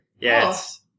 Yes